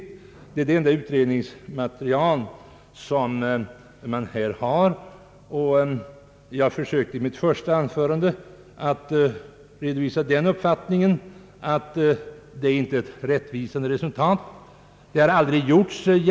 Detta är ju det enda utredningsmaterial som finns, Jag försökte emellertid i mitt första anförande redovisa den uppfattningen att försöken med hastighetsbe gränsningar inte har givit ett rättvist resultat.